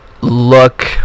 look